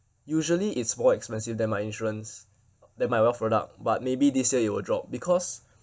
usually it's more expensive than my insurance than my wealth product but maybe this year it will drop because